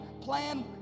plan